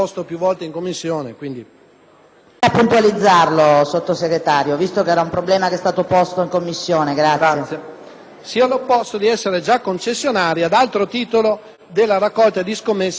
sia, all'opposto, di essere già concessionari ad altro titolo della raccolta di scommesse su base sportiva ovvero ippica.